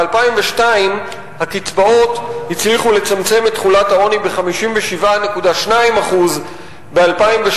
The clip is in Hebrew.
ב-2002 הקצבאות הצליחו לצמצם את תחולת העוני ב-57.2%; ב-2008,